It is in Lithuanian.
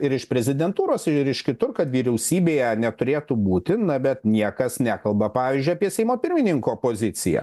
ir iš prezidentūros ir iš kitur kad vyriausybėje neturėtų būti na bet niekas nekalba pavyzdžiui apie seimo pirmininko poziciją